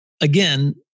Again